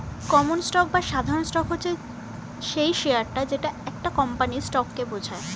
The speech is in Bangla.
কমন স্টক বা সাধারণ স্টক হচ্ছে সেই শেয়ারটা যেটা একটা কোম্পানির স্টককে বোঝায়